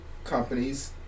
companies